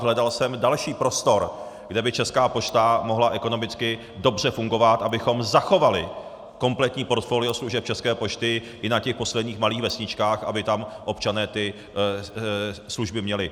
Hledal jsem další prostor, kde by Česká pošta mohla ekonomicky dobře fungovat, abychom zachovali kompletní portfolio služeb České pošty i na posledních malých vesničkách, aby tam občané ty služby měli.